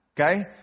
okay